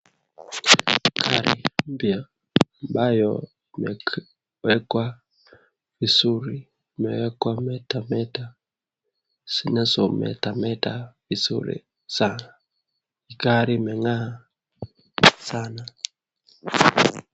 Gari mpya ambayo imewekwa vizuri, imewekwa meta meta zinazo metameta vizuri sana. Gari imeng'aa sana.